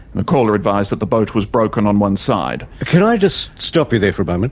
the caller advised that the boat was broken on one side. can i just stop you there for a moment?